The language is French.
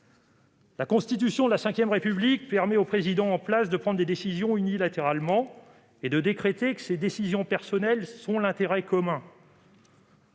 La Constitution de la V République permet au Président en place de prendre des décisions unilatéralement et de décréter que ses décisions personnelles sont l'intérêt commun.